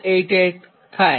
788 થાય